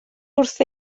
wrth